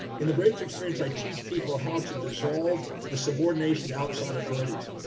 in the breakthrough experience, i teach people how to dissolve the subordination to outside authorities.